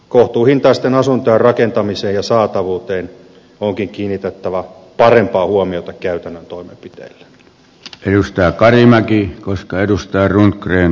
kohtuuhintaisten asuntojen rakentamiseen ja saatavuuteen onkin kiinnitettävä parempaa huomiota käytännön toimenpiteet hiusta joka enemmänkin koska edustaja toimenpiteillä